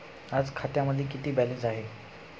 आज खात्यामध्ये किती बॅलन्स आहे?